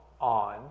on